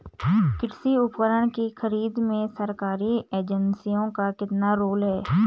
कृषि उपकरण की खरीद में सरकारी एजेंसियों का कितना रोल है?